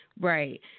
Right